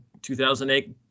2008